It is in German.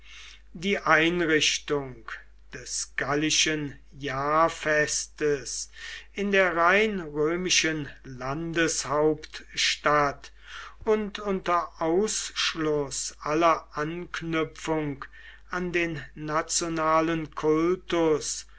die einrichtung des gallischen jahrfestes in der rein römischen landeshauptstadt und unter ausschluß aller anknüpfung an den nationalen kultus